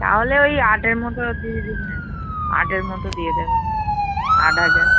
তাহলে ওই আটের মতো দিয়ে দেবেন আটের মতো দিয়ে দেবেন আট হাজার